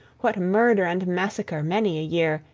what murder and massacre, many a year,